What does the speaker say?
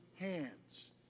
hands